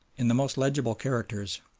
in the most legible characters,